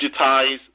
digitize